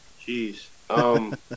Jeez